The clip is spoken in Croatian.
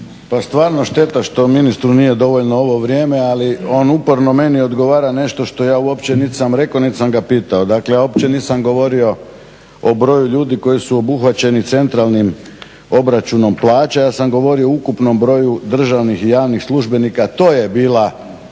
Pa stvarno šteta što ministru nije dovoljno ovo vrijeme, ali on uporno meni odgovara nešto što ja uopće nit sam rekao nit sam ga pitao. Dakle, ja uopće nisam govorio o broj ljudi koji su obuhvaćeni centralnim obračunom plaća, ja sam govorio o ukupnom broju državnih i javnih službenika. To je bila